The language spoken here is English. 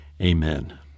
amen